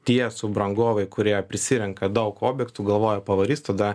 tie subrangovai kurie prisirenka daug objektų galvoja pavarys tada